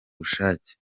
bushake